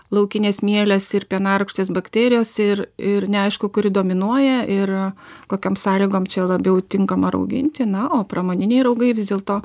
laukinės mielės ir pienarūgštės bakterijos ir ir neaišku kuri dominuoja ir kokiom sąlygom čia labiau tinkama rauginti na o pramoniniai raugai vis dėlto